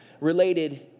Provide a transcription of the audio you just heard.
related